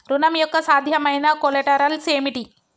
ఋణం యొక్క సాధ్యమైన కొలేటరల్స్ ఏమిటి?